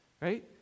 right